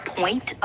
point